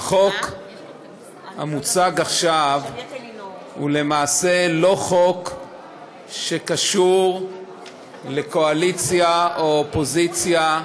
החוק המוצג עכשיו הוא למעשה לא חוק שקשור לקואליציה או אופוזיציה.